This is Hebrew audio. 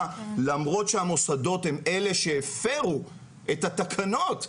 למרות שהמוסדות הם אלה שהפרו את התקנות,